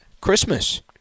Christmas